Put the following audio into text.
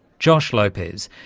josh lopez,